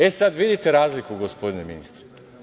E, sad vidite razliku, gospodine ministre.